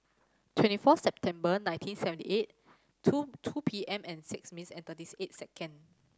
twenty four September nineteen seventy eight two two P M and six minutes and thirties eight second